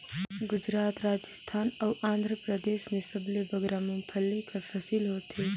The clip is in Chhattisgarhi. गुजरात, राजिस्थान अउ आंध्रपरदेस में सबले बगरा मूंगफल्ली कर फसिल होथे